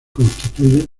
constituye